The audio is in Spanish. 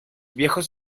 viejos